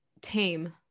tame